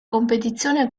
competizione